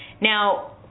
Now